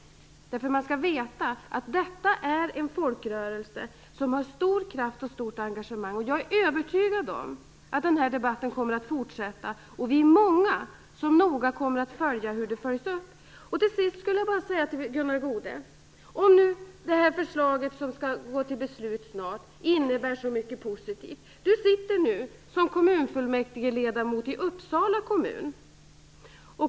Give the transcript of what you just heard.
Man skall veta att detta är en folkrörelse som har stor kraft och stort engagemang. Jag är övertygad om att debatten kommer att fortsätta. Vi är många som noga kommer att följa upp den. Till sist skulle jag vilja säga några ord till Gunnar Goude. Det här förslaget, som riksdagen snart skall gå till beslut om, innebär enligt er så mycket positivt. Gunnar Goude sitter som kommunfullmäktigeledamot i Uppsala kommun.